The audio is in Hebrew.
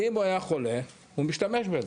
אם הוא היה חולה, הוא משתמש בזה.